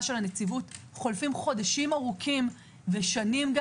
של הנציבות חולפים חודשים ארוכים ושנים,